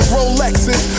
Rolexes